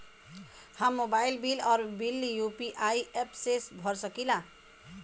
हम mobile bill और bill UPI app से भर सकिला